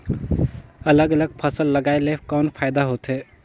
अलग अलग फसल लगाय ले कौन फायदा होथे?